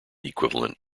equivalent